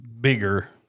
bigger